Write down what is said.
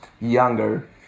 younger